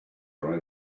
are